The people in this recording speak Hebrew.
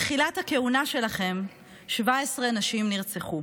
מתחילת הכהונה שלכם 17 נשים נרצחו,